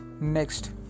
Next